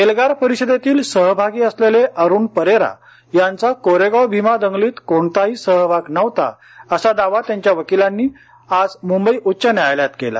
एल्गार परिषदेतील सहभागी असलेले अरूण परेरा यांचा कोरेगाव भिमा दंगलीत कोणताही सहभाग नव्हता असा दावा त्यांच्या वकीलांनी यांनी आज मुंबई उच्च न्यायालयात केला